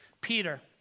Peter